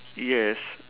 yes